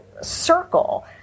Circle